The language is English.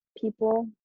people